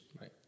Right